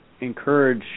encourage